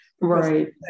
Right